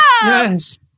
Yes